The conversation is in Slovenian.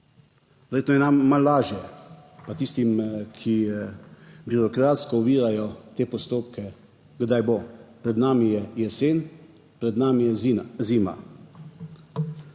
je nam malo lažje pa tistim, ki birokratsko ovirajo te postopke. Kdaj bo? Pred nami je jesen, pred nami je zima.